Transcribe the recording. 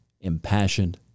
impassioned